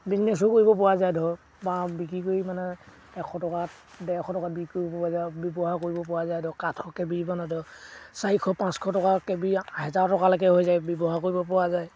বিজনেছো কৰিব পৰা যায় ধৰক বাঁহ বিক্ৰী কৰি মানে এশ টকাত ডেৰশ টকাত বিক্ৰী কৰিব পৰা যায় ব্যৱহাৰ কৰিব পৰা যায় ধৰক কাঠ কেবি বনাই ধৰক চাৰিশ পাঁচশ টকা কেবি হেজাৰ টকালৈকে হৈ যায় ব্যৱহাৰ কৰিব পৰা যায়